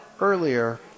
earlier